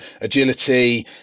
agility